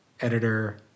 editor